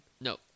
No